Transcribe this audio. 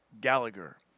Gallagher